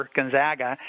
Gonzaga